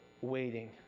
waiting